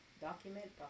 document